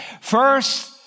First